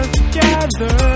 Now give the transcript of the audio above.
together